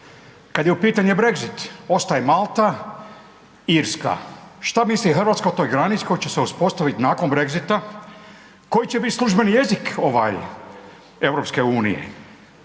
Kad je u pitanju Brexit, ostaje Malta, Irska, šta misli Hrvatska o toj granici koja će se uspostaviti nakon Brexita, koji će biti službeni jezik EU-a,